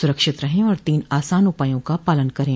सुरक्षित रहें और तीन आसान उपायों का पालन करें